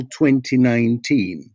2019